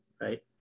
Right